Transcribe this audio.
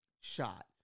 shot